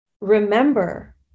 remember